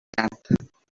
cap